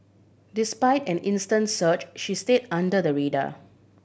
despite an intense search she stayed under the radar